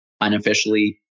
Unofficially